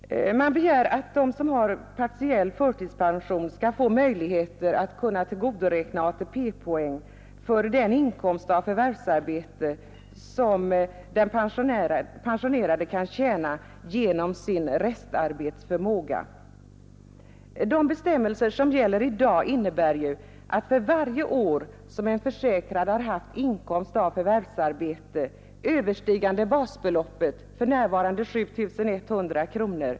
Man begär att den som har partiell förtidspension skall få möjlighet att tillgodoräkna sig ATP-poäng för den inkomst av förvärvsarbete som den pensionerade kan tjäna genom sin resterande arbetsförmåga. De bestämmelser som gäller i dag innebär att en försäkrad skall ha pensionspoäng för varje år han har haft inkomst av förvärvsarbete överstigande basbeloppet, för närvarande 7 100 kronor.